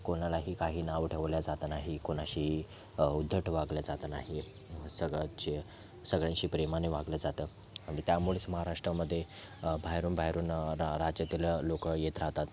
कोणालाही काही नावं ठेवली जात नाही कोणाशीही उद्धट वागलं जात नाही सगळ्याचे सगळ्यांशी प्रेमानी वागलं जातं आणि त्यामुळेच महाराष्ट्रामध्ये बाहेरून बाहेरून राज्यातील लोकं येत राहतात